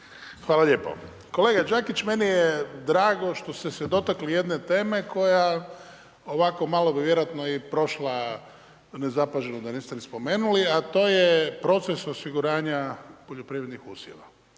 Hvala lijepo. Kolega Đakić, meni je drago što ste se dotakli jedne teme koja ovako malo bi vjerojatno i prošla nezapaženo da niste ni spomenuli, a to je proces osiguranja poljoprivrednih usjeva.